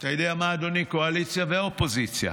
אתה יודע מה, אדוני, קואליציה ואופוזיציה,